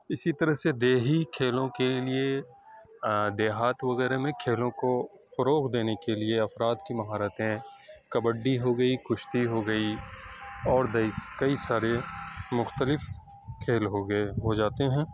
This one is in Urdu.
اسی طرح سے دیہی کھیلوں کے لیے دیہات وغیرہ میں کھیلوں کو فروغ دینے کے لیے افراد کی مہارتیں کبڈی ہو گئی کشتی ہو گئی اور بھی کئی سارے مختلف کھیل ہو گئے ہو جاتے ہیں